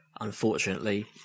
unfortunately